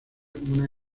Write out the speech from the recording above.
una